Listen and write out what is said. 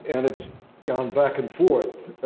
and it's gone back and forth.